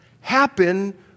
happen